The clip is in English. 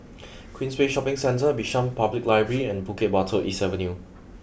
Queensway Shopping Centre Bishan Public Library and Bukit Batok East Avenue